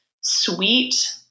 sweet